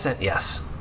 yes